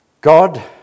God